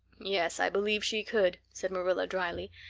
yes, i believe she could, said marilla dryly.